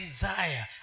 desire